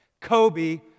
Kobe